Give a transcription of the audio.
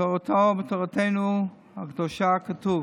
בתורתנו הקדושה כתוב: